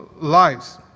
lives